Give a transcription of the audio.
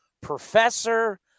professor